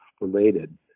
related